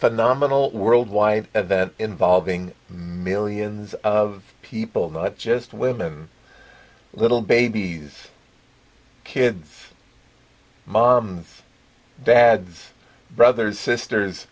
phenomenal world wife event involving millions of people not just women little babies kids my dad brothers sisters